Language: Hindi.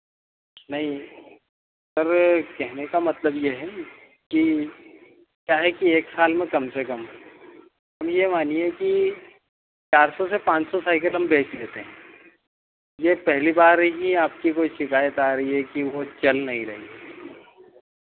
नहीं अरे कहने का मतलब यह है कि एक साल में कम से कम अब यह मानिए की चार सौ से पाँच सौ साइकल हम बेच लेते हैं यह पहली बार ही आप की कोई शिकायत आ रही है कि वह चल नहीं रही है